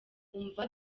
umva